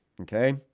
okay